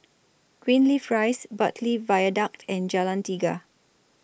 Greenleaf Rise Bartley Viaduct and Jalan Tiga